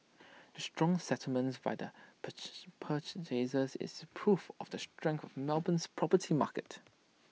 the strong settlements by the is proof of the strength of Melbourne's property market